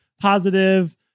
positive